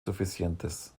suficientes